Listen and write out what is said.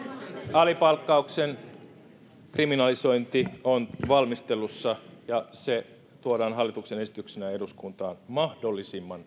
alipalkkauksen kriminalisointi on valmistelussa ja se tuodaan hallituksen esityksenä eduskuntaan mahdollisimman